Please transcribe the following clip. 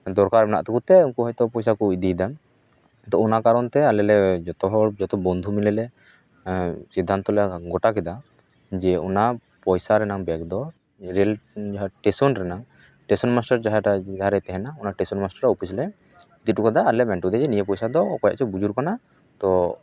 ᱫᱚᱨᱠᱟ ᱢᱮᱱᱟᱜ ᱛᱟᱠᱚ ᱛᱮ ᱩᱱᱠᱩ ᱦᱳᱭ ᱛᱮ ᱯᱚᱭᱥᱟ ᱠᱚ ᱤᱫᱤᱭᱮᱫᱟ ᱛᱳ ᱚᱱᱟ ᱠᱟᱨᱚᱱ ᱛᱮ ᱟᱞᱮ ᱞᱮ ᱡᱚᱛᱚ ᱦᱚᱲ ᱡᱚᱛᱚ ᱵᱩᱱᱫᱷᱩ ᱢᱤᱞᱮ ᱞᱮ ᱥᱤᱫᱷᱟᱱᱛᱚ ᱞᱮ ᱜᱚᱴᱟ ᱠᱮᱫᱟ ᱡᱮ ᱚᱱᱟ ᱯᱚᱭᱥᱟ ᱨᱮᱱᱟᱝ ᱵᱮᱜ ᱫᱚ ᱨᱮᱹᱞ ᱡᱟᱦᱟᱸ ᱥᱴᱮᱥᱚᱱ ᱨᱮᱱᱟᱜ ᱥᱴᱮᱥᱚᱱ ᱢᱟᱥᱴᱟᱨ ᱡᱟᱦᱟᱴᱟᱜ ᱡᱟᱦᱟᱨᱮᱭ ᱛᱟᱦᱮᱱᱟ ᱚᱱᱟ ᱥᱴᱮᱥᱚᱱ ᱢᱟᱥᱴᱟᱨᱟᱜ ᱚᱯᱷᱤᱥ ᱨᱮᱞᱮ ᱤᱫᱤ ᱴᱚ ᱠᱟᱫᱟ ᱟᱨᱞᱮ ᱢᱮᱱᱴᱚ ᱟᱫᱮᱭᱟ ᱱᱤᱭᱟᱹ ᱯᱚᱭᱥᱟ ᱫᱚ ᱚᱠᱚᱭᱟᱜ ᱪᱚᱝ ᱵᱩᱡᱩᱨ ᱟᱠᱟᱱᱟ ᱛᱳ